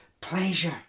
pleasure